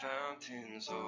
fountains